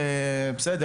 בבית,